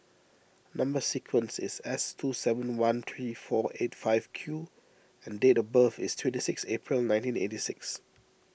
Number Sequence is S two seven one three four eight five Q and date of birth is twenty six April nineteen eighty six